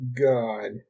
God